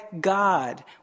God